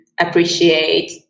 appreciate